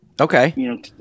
okay